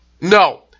No